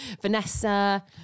Vanessa